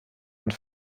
und